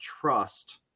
trust